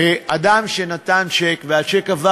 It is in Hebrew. אדם נתן צ'ק, והצ'ק עבר